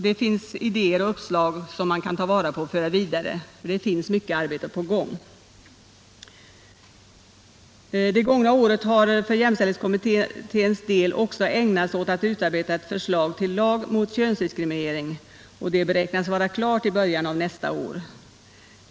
Det finns idéer och uppslag att ta vara på och föra vidare. Det är mycket arbete på gång. Det gångna året har för jämställdhetskommitténs del också ägnats åt att utarbeta ett förslag till lag mot könsdiskriminering som beräknas vara klart i början av nästa år.